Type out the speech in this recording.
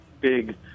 big